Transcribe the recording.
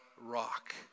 rock